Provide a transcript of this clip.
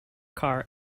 car